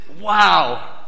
Wow